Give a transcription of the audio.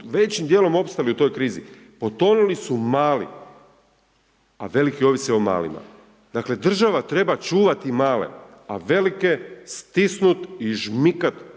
većim dijelom opstali u toj krizi. Potonuli su mali, a veliki ovise o malima. Dakle, država treba čuvati male, a velike stisnut i žmikat